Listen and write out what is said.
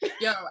Yo